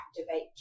activate